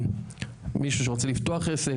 שמישהו שרוצה לפתוח עסק,